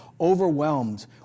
overwhelmed